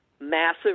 massive